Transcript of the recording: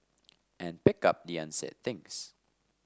and pick up the unsaid things